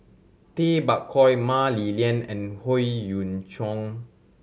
Tay Bak Koi Mah Li Lian and Howe Yoon Chong